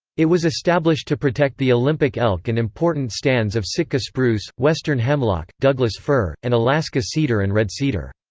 it was established to protect the olympic elk and important stands of sitka spruce, western hemlock, douglas-fir, and alaska cedar and redcedar.